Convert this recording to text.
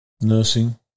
Nursing